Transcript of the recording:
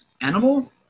animal